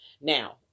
Now